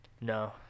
no